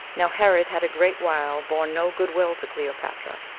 now herod had a great while borne no good-will to cleopatra,